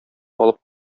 алып